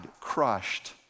crushed